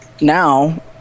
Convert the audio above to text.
Now